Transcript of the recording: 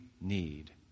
need